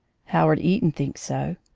howard eaton thinks so.